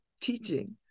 teaching